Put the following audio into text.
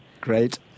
great